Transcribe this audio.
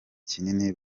kinini